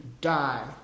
die